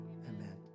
amen